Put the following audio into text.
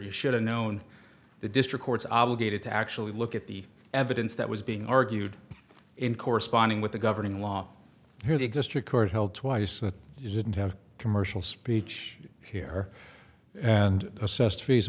you should have known the district courts obligated to actually look at the evidence that was being argued in corresponding with the governing law where they exist record held twice what you shouldn't have commercial speech here and assess